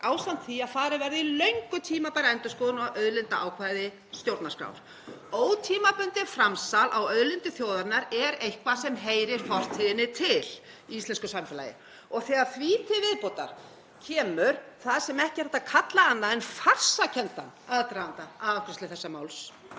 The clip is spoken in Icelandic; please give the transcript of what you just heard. ásamt því að farið verði í löngu tímabæra endurskoðun á auðlindaákvæði stjórnarskrár. Ótímabundið framsal á auðlindum þjóðarinnar er eitthvað sem heyrir fortíðinni til í íslensku samfélagi. Þegar því til viðbótar kemur það sem ekki er hægt að kalla annað en farsakenndan aðdraganda afgreiðslu þessa máls,